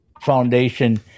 foundation